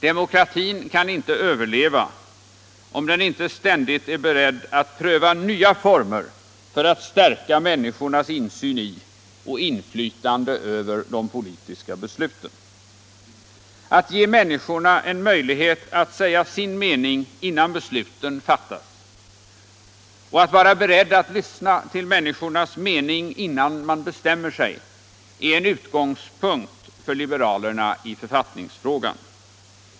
Demokratin kan inte överleva om den inte ständigt är beredd att pröva nya former för att stärka människornas insyn i och inflytande över de politiska besluten. Att ge människorna en möjlighet att säga sin mening innan besluten fattas och vara beredd att lyssna till människors mening innan man bestämmer sig är en utgångspunkt för liberalerna i författningsfrågan.